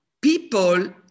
People